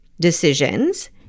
decisions